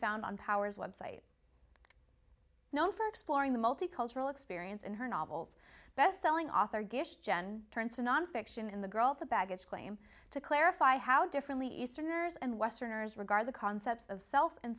found on powers website known for exploring the multicultural experience in her novels bestselling author gish jen turns to nonfiction and the girl at the baggage claim to clarify how differently easterners and westerners regard the concepts of self